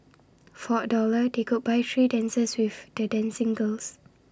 for A dollar they could buy three dances with the dancing girls